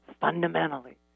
fundamentally